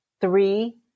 three